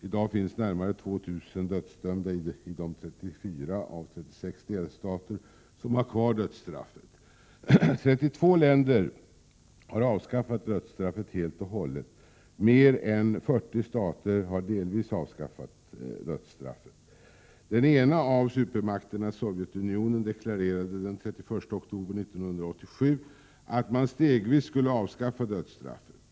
I dag finns närmare 2 000 dödsdömda i 34 av de 36 delstaterna som har kvar dödsstraffet. 32 länder har avskaffat dödsstraffet helt och hållet. Mer än 40 stater har delvis avskaffat dödsstraffet. Den ena av supermakterna, Sovjetunionen, deklarerade den 31 oktober 1987 att man stegvis skulle avskaffa dödsstraffet.